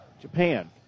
Japan